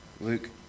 Luke